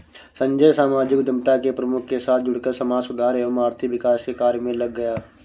संजय सामाजिक उद्यमिता के प्रमुख के साथ जुड़कर समाज सुधार एवं आर्थिक विकास के कार्य मे लग गया